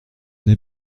n’ai